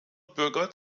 bürger